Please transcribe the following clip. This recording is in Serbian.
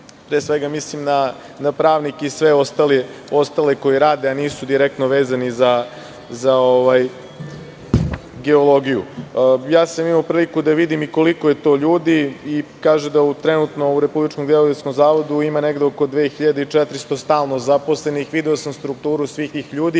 Pre svega mislim na pravnike i na sve ostale koji rade a nisu direktno vezani za geologiju. Imao sam priliku i da vidim koliko je to ljudi. Trenutno u Republičkom geodetskom zavodu ima negde oko 2.400 stalno zaposlenih. Video sam strukturu svih tih ljudi.